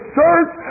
search